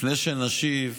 לפני שנשיב,